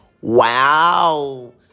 Wow